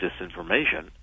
disinformation